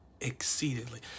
exceedingly